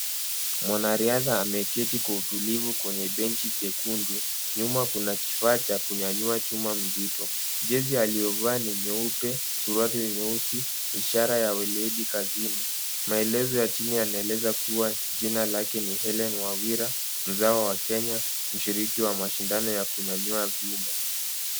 Mwanariadha ameketi kwa utulivu kwenye benchi jekundu, nyuma kuna kifaa cha kunyanyua chuma mzito. Jezi aliyovaa ni nyeupe, suruali ni nyeusi ishara ya weledi kazini. Maelezo ya chini yanaeleza kuwa jina lake ni Hellen Wawira, mzao wa Kenya, mshiriki wa mashindano ya kunyanyua vyuma.